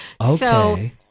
Okay